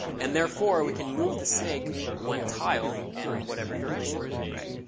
and therefore, we can move the snake one tile in whatever direction, right?